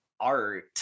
art